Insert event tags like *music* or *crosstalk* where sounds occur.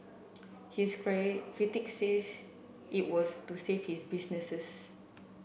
his *unintelligible* critic says it was to save his businesses